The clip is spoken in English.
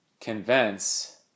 convince